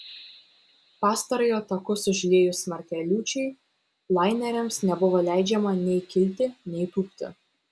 pastarojo takus užliejus smarkiai liūčiai laineriams nebuvo leidžiama nei kilti nei tūpti